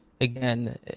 again